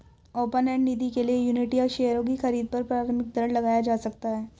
open end निधि के लिए यूनिट या शेयरों की खरीद पर प्रारम्भिक दर लगाया जा सकता है